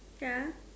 ya